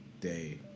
day